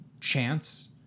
Chance